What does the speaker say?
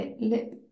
lip